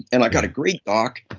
and i got a great doc.